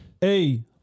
Hey